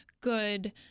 good